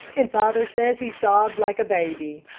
and father says he sobbed like a baby.